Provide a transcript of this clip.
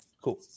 cool